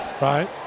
right